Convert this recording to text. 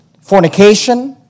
fornication